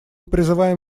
призываем